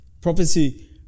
Prophecy